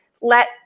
let